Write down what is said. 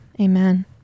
Amen